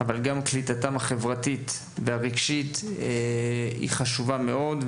אלא גם קליטתם החברתית והרגשית היא חשובה מאוד,